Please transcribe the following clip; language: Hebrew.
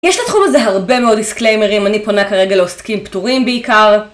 יש לתחום הזה הרבה מאוד דיסקליימרים, אני פונה כרגע לעוסקים פטורים בעיקר.